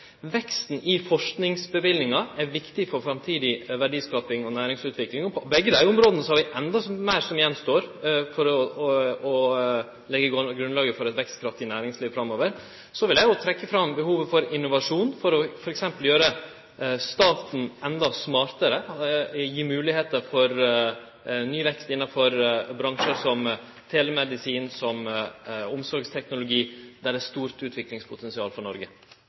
Veksten i forskingsløyvingar er viktig for framtidig verdiskaping og næringsutvikling, og på begge dei områda har vi enda meir som gjenstår for å leggje grunnlaget for eit vekstkraftig næringsliv framover. Så vil eg òg trekkje fram behovet for innovasjon for t.d. å gjere staten enda smartare, gi moglegheiter for ny vekst innafor bransjar som telemedisin, som omsorgsteknologi, der det er eit stort utviklingspotensial for Noreg.